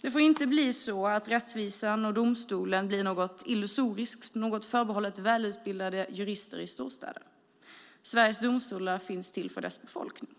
Det får inte bli så att rättvisan och domstolen blir något illusoriskt, något förbehållet välutbildade jurister i storstäder. Sveriges domstolar finns till för landets befolkning.